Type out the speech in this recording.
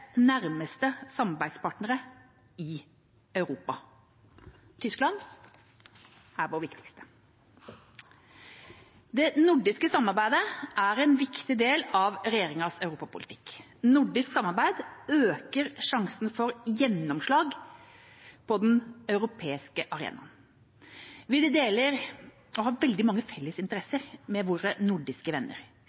nærmeste samarbeidspartnere i Europa, Tyskland er vår viktigste. Det nordiske samarbeidet er en viktig del av regjeringas europapolitikk. Nordisk samarbeid øker sjansene for gjennomslag på den europeiske arenaen. Vi har veldig mange felles interesser med våre nordiske venner.